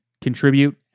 contribute